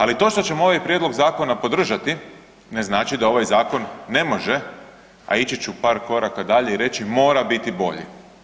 Ali to što ćemo ovaj prijedlog zakona podržati ne znači da ovaj zakon ne može, a ići ću par koraka dalje i reći mora biti bolji.